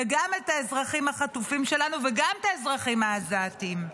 גם את האזרחים החטופים שלנו וגם את האזרחים העזתים.